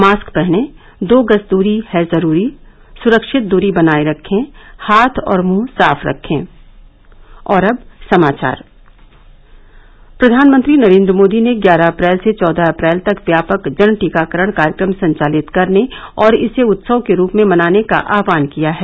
mask पहनें दो गज दूरी है जरूरी सुरक्षित दूरी बनाये रखे हाथ और मुंह साफ रखें प्रधानमंत्री नरेंद्र मोदी ने ग्यारह अप्रैल से चौदह अप्रैल तक व्यापक जन टीकाकरण कार्यक्रम संचालित करने और इसे उत्सव के रूप में मनाने का आह्वान किया है